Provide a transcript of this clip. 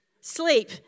Sleep